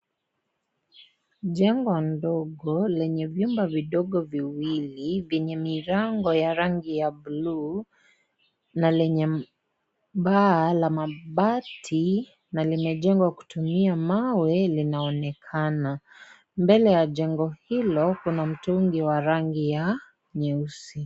Jengo ndogo lenye vyumba vidogo viwili vyenye milango ya rangi ya blu na lenye baa la mabati na limejengwa kutumia mawe linaonekana . Mbele ya jengo hilo kuna mtungi wa rangi ya nyeusi.